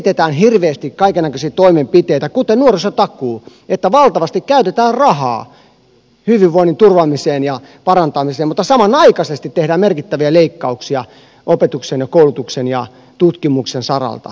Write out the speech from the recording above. elikkä nyt esitetään hirveästi kaikennäköisiä toimenpiteitä kuten nuorisotakuu että valtavasti käytetään rahaa hyvinvoinnin turvaamiseen ja parantamiseen mutta samanaikaisesti tehdään merkittäviä leikkauksia opetuksen ja koulutuksen ja tutkimuksen saralta